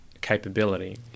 capability